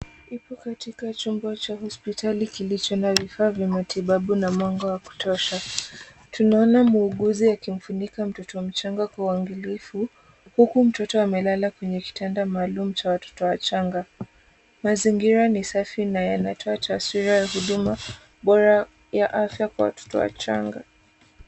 Ipo katika chombo cha hospitali kilicho na vifaa vya matibabu na mwanga wa kutosha. Tunaona muuguzi akimfunika mtoto mchanga kwa uambilifu, huku mtoto amelala kwenye kitanda maalum cha watoto wachanga. Mazingira ni safi na yanatoa taswira ya huduma bora ya afya kwa watoto wachanga.